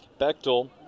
Bechtel